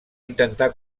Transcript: intentar